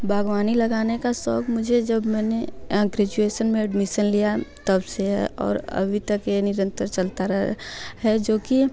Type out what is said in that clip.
बाग़बानी लगाने का शौक़ मुझे जब मैंने ग्रेजुएशन में एडमिशन लिया तब से है और अभी तक ये निकलते चलता रह जो कि